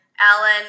Alan